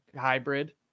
hybrid